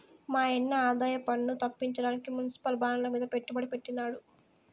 మాయన్న ఆదాయపన్ను తప్పించడానికి మునిసిపల్ బాండ్లమీద పెట్టుబడి పెట్టినాడు